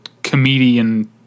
comedian